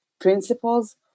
principles